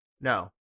No